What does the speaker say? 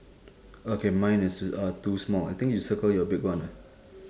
okay mine is uh two small I think you circle your big one ah